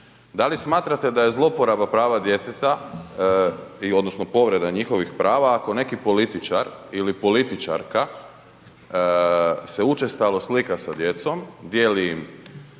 da li smatrate da je zlouporaba prava djeteta i odnosno povreda njihovih prava ako neki političar ili političarka se učestao slika sa djecom, dijeli im